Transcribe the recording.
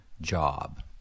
job